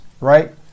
Right